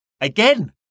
again